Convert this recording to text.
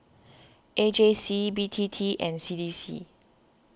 A J C B T T and C D C